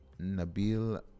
Nabil